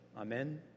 Amen